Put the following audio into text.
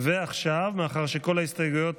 מיקי לוי,